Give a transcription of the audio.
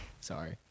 Sorry